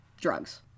drugs